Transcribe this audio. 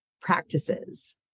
practices